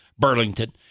Burlington